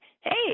Hey